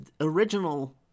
original